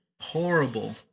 horrible